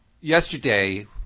Yesterday